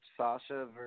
Sasha